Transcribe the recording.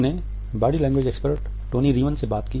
हमने body language expert Tony Reiman से बात की